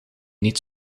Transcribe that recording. niet